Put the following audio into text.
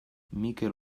mikel